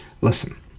Listen